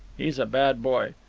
he's a bad boy.